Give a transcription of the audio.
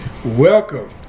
Welcome